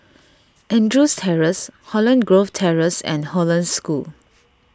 Andrews Terrace Holland Grove Terrace and Hollandse School